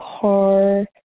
car